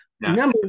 Number